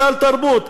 סל תרבות,